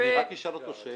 אני רק אשאל אותו שאלה.